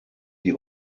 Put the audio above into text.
die